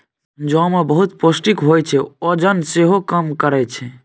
जौ मे बहुत पौष्टिक होइ छै, ओजन सेहो कम करय छै